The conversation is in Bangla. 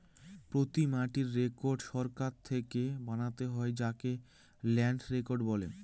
প্রতি মাটির রেকর্ড সরকার থেকে বানাতে হয় যাকে ল্যান্ড রেকর্ড বলে